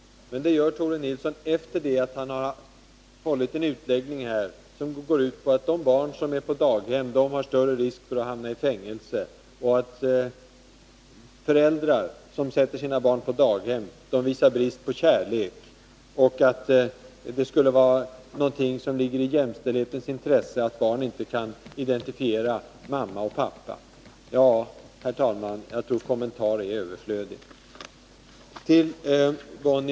Men just det gör ju Tore Nilsson själv efter att ha hållit en utläggning här som går ut på att för de barn som är på daghem är risken större att de hamnar i fängelse, att de föräldrar som sätter sina barn på daghem visar brist på kärlek och att det skulle ligga i jämställdhetens intresse att barn inte kan identifiera sin mamma och pappa. — Jag tror att kommentarer här är överflödiga, herr talman!